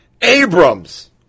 Abrams